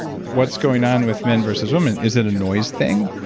what's going on with men versus women? is it a noise thing?